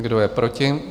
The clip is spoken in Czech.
Kdo je proti?